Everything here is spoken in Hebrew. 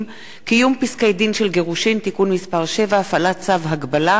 מיזם חקלאי-תיירותי בגליל),